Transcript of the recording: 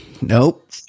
Nope